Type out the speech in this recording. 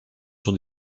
sur